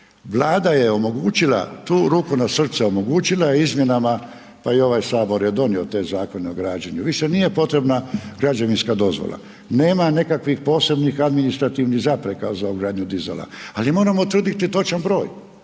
Vlada je omogućila tu ruku na srce, omogućila izmjenama pa i ovaj Sabor je donio taj Zakon o građenju, više nije potrebna građevinska dozvola, nema nekakvih posebnih administrativnih zapreka za ugradnju dizala ali moramo utvrditi točan broj